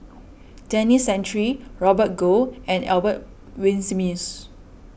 Denis Santry Robert Goh and Albert Winsemius